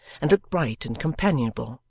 and looked bright and companionable.